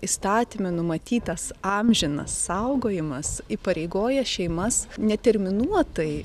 įstatyme numatytas amžinas saugojimas įpareigoja šeimas neterminuotai